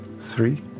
three